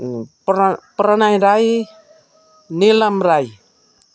प्र प्रणय राई निलम राई